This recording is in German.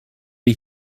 wir